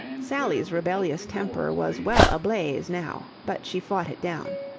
sally's rebellious temper was well ablaze now, but she fought it down.